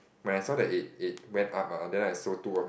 when I saw that it it when up ah then I sold two of my